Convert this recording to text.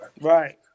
right